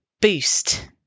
boost